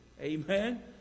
amen